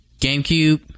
GameCube